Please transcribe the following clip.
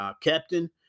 captain